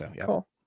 cool